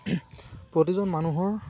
প্ৰতিজন মানুহৰ